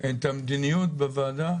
את המדיניות בוועדה?